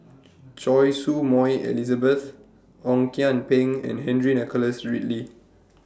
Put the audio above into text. Choy Su Moi Elizabeth Ong Kian Peng and Henry Nicholas Ridley